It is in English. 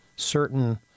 certain